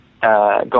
go